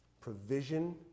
provision